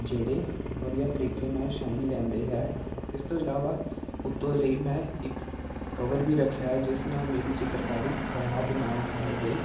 ਜਿਹੜੇ ਵਧੀਆ ਤਰੀਕੇ ਨਾਲ ਸਾਈਨ ਲਿਆਉਂਦੇ ਹੈ ਇਸ ਤੋਂ ਇਲਾਵਾ ਉੱਤੋਂ ਲਈ ਮੈਂ ਇੱਕ ਕਵਰ ਵੀ ਰੱਖਿਆ ਜਿਸ ਨਾਲ ਮੇਰੀ ਚਿੱਤਰਕਾਰੀ ਖਰਾਬ ਨਾ ਹੋਵੇ